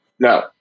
No